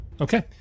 Okay